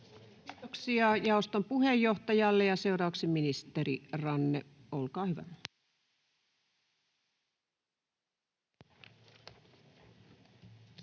Kiitoksia jaoston puheenjohtajalle. — Ja seuraavaksi ministeri Ranne, olkaa hyvä.